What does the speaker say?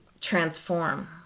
transform